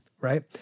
right